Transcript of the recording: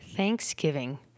Thanksgiving